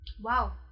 Wow